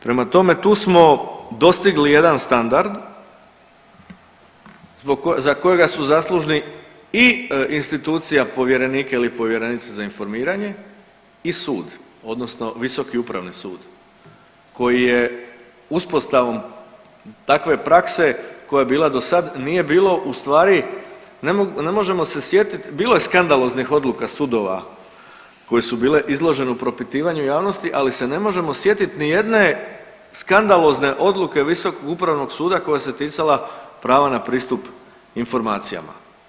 Prema tome, tu smo dostigli jedan standard zbog kojega su zaslužni i institucija povjerenika ili povjerenice za informiranje i sud odnosno Visoki upravni sud koji je uspostavom takve prakse koja je bila do sad nije bilo ustvari, ne možemo se sjetiti, bilo je skandaloznih odluka sudova koje su bile izložene propitivanju javnosti, ali se ne možemo sjetiti nijedne skandalozne odluke Visokog upravnog suda koja se ticala prava na pristup informacijama.